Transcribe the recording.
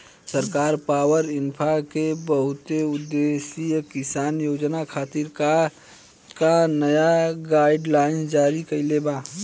सरकार पॉवरइन्फ्रा के बहुउद्देश्यीय किसान योजना खातिर का का नया गाइडलाइन जारी कइले बा?